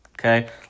Okay